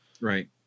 Right